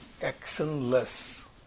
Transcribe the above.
actionless